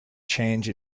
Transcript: change